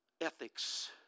ethics